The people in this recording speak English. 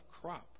crop